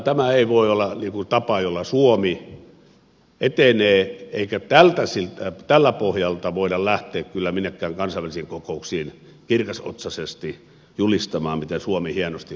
tämä ei voi olla tapa jolla suomi etenee eikä tältä pohjalta voida lähteä kyllä minnekään kansainvälisiin kokouksiin kirkasotsaisesti julistamaan miten suomi hienosti hoitaa hommat